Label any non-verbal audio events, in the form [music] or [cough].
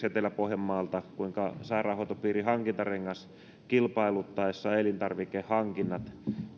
[unintelligible] etelä pohjanmaalta kuinka sairaanhoitopiirin hankintarengas kilpailuttaessaan elintarvikehankinnat